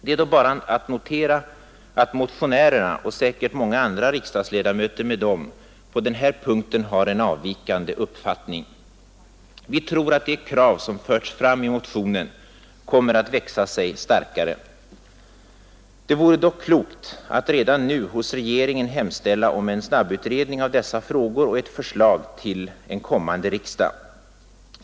Det är då bara att notera att motionärerna och säkert många andra riksdagsledamöter med dem på denna punkt har en avvikande uppfattning. Vi tror att de krav som förs fram i motionen kommer att växa sig starkare. Det vore dock klokt att redan nu hos regeringen hemställa om en snabbutredning av dessa frågor och ett förslag till en kommande riksdag.